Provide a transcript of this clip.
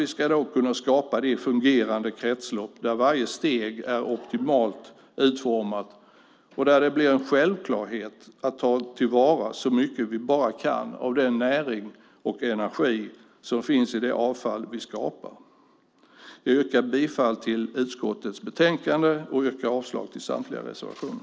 Då kan vi skapa fungerande kretslopp där varje steg är optimalt utformat och där det blir en självklarhet att ta till vara så mycket vi bara kan av den näring och energi som finns i vårt avfall. Jag yrkar bifall till förslaget i utskottets betänkande och avslag på samtliga reservationer.